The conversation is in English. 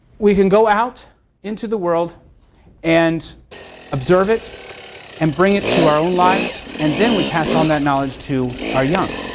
we can go out into the world and observe it and bring it to our own lives, and then we pass on that knowledge to our young.